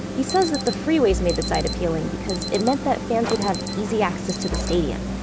he says that the freeways made the site appealing because it meant that fans would have easy access to the stadium.